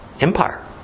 empire